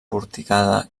porticada